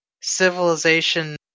civilization